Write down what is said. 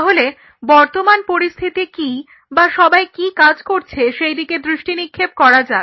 তাহলে বর্তমান পরিস্থিতি কি বা সবাই কি কাজ করছে সেদিকে দৃষ্টি নিক্ষেপ করা যাক